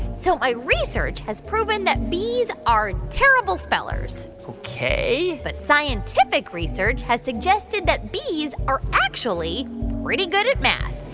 so my research has proven that bees are terrible spellers ok but scientific research has suggested that bees are actually pretty good at math.